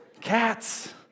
Cats